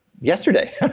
Yesterday